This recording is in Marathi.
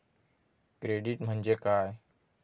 क्रेडिट म्हणजे काय?